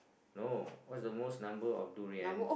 no what's the most number of durians